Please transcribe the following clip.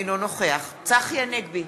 אינו נוכח צחי הנגבי,